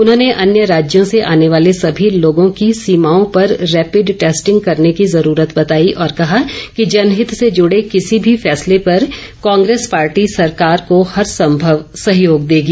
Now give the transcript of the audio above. उन्होंने अन्य राज्यों से आने वाले सभी लोगों की सीमाओं पर रैपिड टैस्टिंग करने की ज़रूरत बताई और कहा कि जनहित से ज़ुड़े किसी भी फैसले पर कांग्रेस पार्टी सरकार को हर संभव सहयोग देगी